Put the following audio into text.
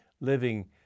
living